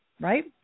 right